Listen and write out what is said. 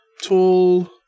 Tool